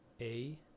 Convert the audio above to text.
A-